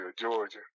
Georgia